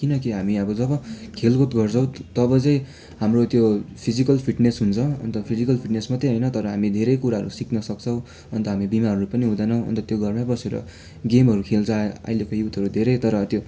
किनकि हामी अब जब खेलकुद गर्छौँ तब चाहिँ हाम्रो त्यो फिजिकल फिट्नेस हुन्छ अन्त फिजिकल फिट्नेस मात्रै होइन तर हामी धेरै कुराहरू सिक्न सक्छौँ अन्त हामी बिमारहरू पनि हुँदैनौँ अन्त त्यो घरमै बसेर गेमहरू खेल्छ आ अहिलेको युथहरू धेरै तर त्यो